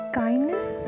kindness